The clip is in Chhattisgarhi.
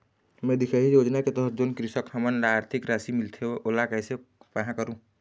मैं दिखाही योजना के तहत जोन कृषक हमन ला आरथिक राशि मिलथे ओला कैसे पाहां करूं?